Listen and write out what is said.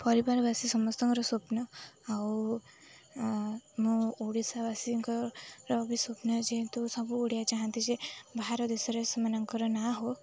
ପରିବାରବାସୀ ସମସ୍ତଙ୍କର ସ୍ଵପ୍ନ ଆଉ ମୁଁ ଓଡ଼ିଶାବାସୀଙ୍କର ବି ସ୍ଵପ୍ନ ଯେହେତୁ ସବୁ ଓଡ଼ିଆ ଚାହାନ୍ତି ଯେ ବାହାର ଦେଶରେ ସେମାନଙ୍କର ନାଁ ହେଉ